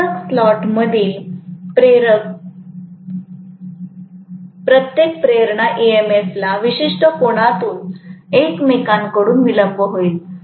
सलग स्लॉटमधील प्रत्येक प्रेरणा ईएमएफला विशिष्ट कोनातून एकमेकांकडून विलंब होईल